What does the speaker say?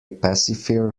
pacifier